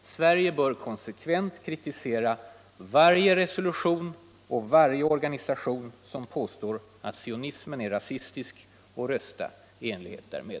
Sverige bör i stället konsekvent kritisera varje resolution och varje organisation som påstår att sionismen är rasistisk och rösta i enlighet därmed.